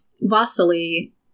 Vasily